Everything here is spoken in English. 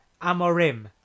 Amorim